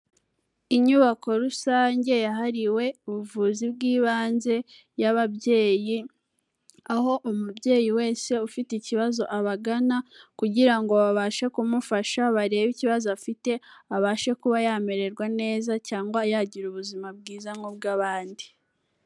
Inyubako rusange yahariwe ubuvuzi bw'ibanze y'ababyeyi, aho umubyeyi wese ufite ikibazo abagana, kugira ngo babashe kumufasha barebe ikibazo afite, abashe kuba yamererwa neza cyangwa yagira ubuzima bwiza nk'ubw'abandi.